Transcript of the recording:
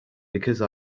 because